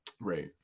right